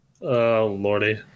lordy